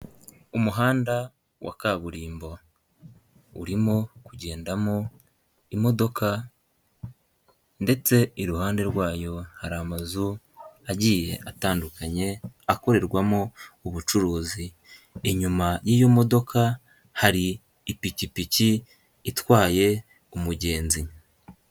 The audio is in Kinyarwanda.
Umuhanda wa kaburimbo, urimo kugendamo imodoka ndetse iruhande rwayo hari amazu agiye atandukanye akorerwamo ubucuruzi inyuma y'iyo modoka hari ipikipiki itwaye umugenzi.